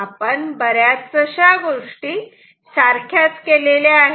आपण बऱ्याचशा गोष्टी सारख्याच केलेल्या आहेत